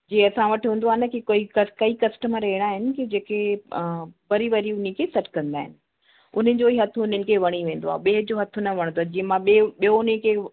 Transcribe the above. जीअं असां वटि हूंदो आहे न कि कोई कई कस्टमर अहिड़ा आहिनि कि जेके वरी वरी उन्हीअ खे सॾु कंदा आहिनि उन्हनि जो ई हथ उन्हनि खे वणी वेंदो आहे ॿिए जो हथ न वणंदो आहे जीअं मां ॿिए ॿियो उन्हीअ खे